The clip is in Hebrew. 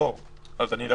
אלך